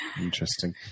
Interesting